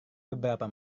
beberapa